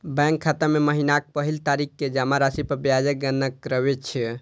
bank खाता मे महीनाक पहिल तारीख कें जमा राशि पर ब्याजक गणना करै छै